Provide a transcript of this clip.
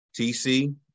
TC